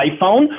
iPhone